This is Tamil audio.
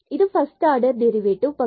இதுவே பஸ்ட் ஆர்டர் டெரிவேட்டிவ் பகுதி